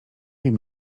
wiem